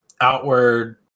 outward